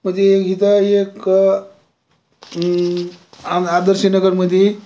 म्हणजे इथे एक आ आदर्श नगरमध्ये